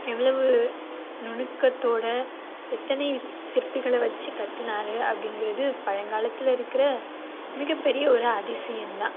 எவ்வளவு நுணுக்கத்தோட எத்தனை சிற்பிகளை வச்சு கட்டுனார் அப்படிங்கிறது பழங்காலத்தில் இருக்கிற மிகப்பெரிய ஒரு அதிசயம் தான்